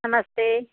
नमस्ते